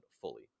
fully